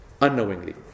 Unknowingly